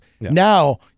Now